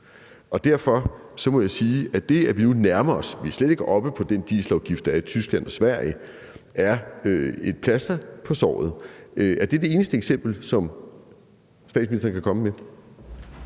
og derfor må jeg sige, at det, at vi nu nærmer os – vi er slet ikke oppe på den dieselafgift, der er i Tyskland og Sverige – er et plaster på såret. Er det det eneste eksempel, som statsministeren kan komme med?